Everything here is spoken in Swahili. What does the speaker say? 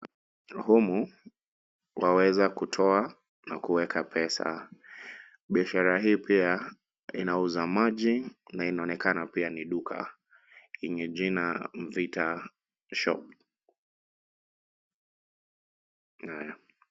Humu waweza kutoa na kuweka pesa. Biashara hii pia inauza maji na inaonekana pia ni duka yenye jina Mvita Shop.